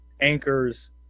anchors